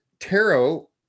Tarot